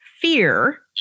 fear